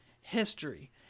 history